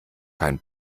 kein